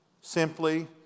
simply